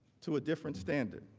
to a different standard?